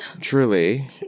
truly